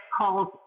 calls